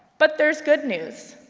but there's good news.